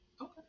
okay